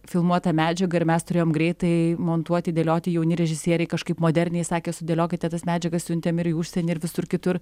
filmuotą medžiagą ir mes turėjom greitai montuoti dėlioti jauni režisieriai kažkaip moderniai sakė sudėliokite tas medžiagas siuntėm ir į užsienį ir visur kitur